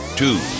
two